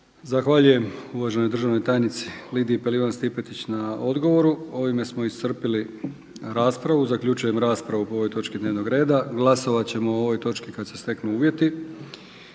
Zahvaljujem uvaženoj državnoj tajnici Lidiji Pelivan Stipetić na odgovoru. Ovime smo iscrpili raspravu. Zaključujem raspravu po ovoj točki dnevnog reda. Glasovat ćemo o ovoj točki kada se steknu uvjeti.